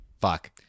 Fuck